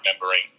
remembering